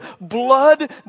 blood